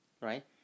Right